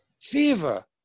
Fever